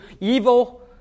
evil